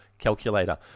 calculator